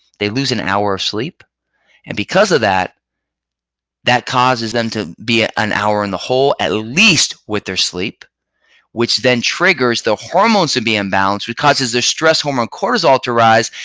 they lose an hour of sleep and because of that that causes them to be ah an hour in the hole. at least with their sleep which then triggers the hormones to be imbalanced, which causes their stress hormone cortisol to rise,